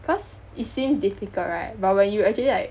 cause it seems difficult right but when you actually like